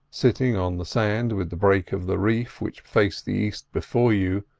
sitting on the sand with the break of the reef which faced the east before you,